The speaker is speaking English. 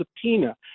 subpoena